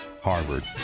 Harvard